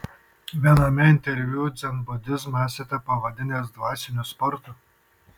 viename interviu dzenbudizmą esate pavadinęs dvasiniu sportu